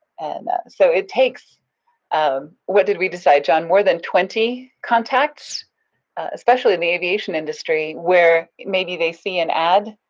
and ah, so it takes um, what did we decide, john? more than twenty contacts especially in the aviation industry, where maybe they see an ad,